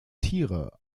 tiere